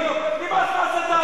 נמאס מההסתה הזאת.